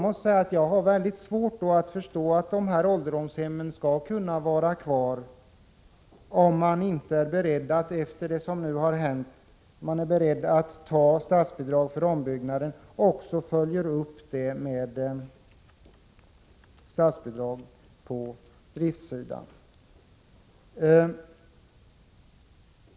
Jag har mycket svårt att förstå att ålderdomshemmen skall kunna vara kvar, om man inte är beredd att ta fram statsbidrag till ombyggnad och sedan följa upp det med statsbidrag på driftssidan.